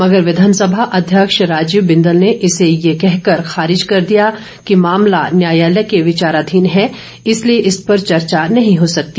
मगर विधानसभा अध्यक्ष राजीव बिंदल ने इसे ये कह कर खारिज कर दिया कि मामला न्यायालय के विचाराधीन है इसलिए इस पर चर्चा नहीं हो सकती